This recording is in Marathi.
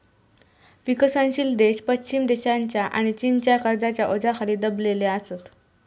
विकसनशील देश पश्चिम देशांच्या आणि चीनच्या कर्जाच्या ओझ्याखाली दबलेले असत